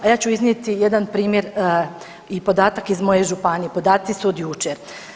A ja ću iznijeti jedan primjer i podatak iz moje županije, podaci su od jučer.